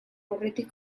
aurretik